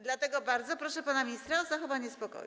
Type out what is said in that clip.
Dlatego bardzo proszę pana ministra o zachowanie spokoju.